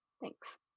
Thanks